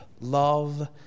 love